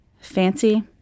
Fancy